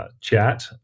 chat